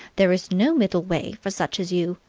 there is no middle way for such as you.